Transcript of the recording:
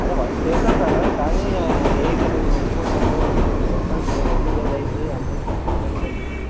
అదే వర్క్ చేసాం సారు కానీ ఏఈ గారు ఒప్పుకోవట్లేదు మీరు కొంచం చెప్పండి సారు రోలింగ్ అది అయ్యింది అమౌంట్ కొంచెం ఇబ్బందిగా ఉంది